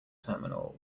terminal